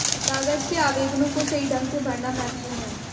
कागज के आवेदनों को सही ढंग से भरना महत्वपूर्ण है